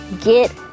get